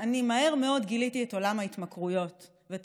ואני מהר מאוד גיליתי את עולם ההתמכרויות ואת